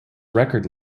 record